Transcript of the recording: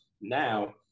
Now